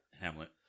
Hamlet